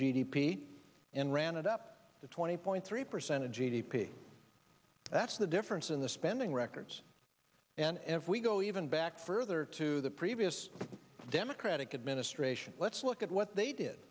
p and ran it up to twenty point three percent of g d p that's the difference in the spending records an f we go even back further to the previous democratic administration let's look at what they did